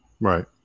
Right